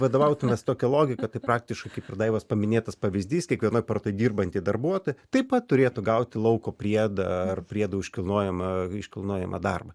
vadovautumėmės tokia logika tai praktiškai kaip ir daivos paminėtas pavyzdys kiekviena kartu dirbanti darbuotoja taip pat turėtų gauti lauko priedą ar priedų už kilnojamą iškilnojimą darbą